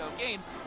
games